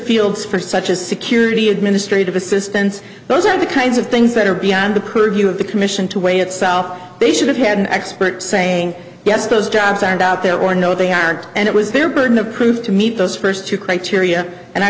fields for such as security administrative assistants those are the kinds of things that are beyond the purview of the commission to weigh itself they should have had an expert saying yes those jobs aren't out there or no they aren't and it was their burden of proof to meet those first two criteria and i